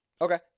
Okay